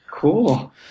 Cool